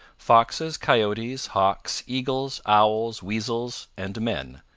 foxes, coyotes, hawks, eagles, owls, weasels, and men,